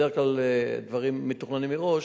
בדרך כלל דברים מתוכננים מראש,